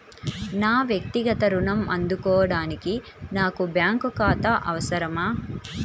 నా వక్తిగత ఋణం అందుకోడానికి నాకు బ్యాంక్ ఖాతా అవసరమా?